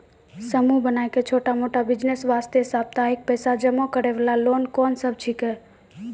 समूह बनाय के छोटा मोटा बिज़नेस वास्ते साप्ताहिक पैसा जमा करे वाला लोन कोंन सब छीके?